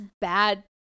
bad